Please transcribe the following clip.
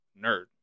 Nerd